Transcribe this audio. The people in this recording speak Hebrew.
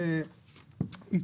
(הצגת מצגת) אני אפתח ואומר שאנחנו